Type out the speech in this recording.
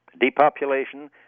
depopulation